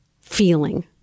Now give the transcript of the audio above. feeling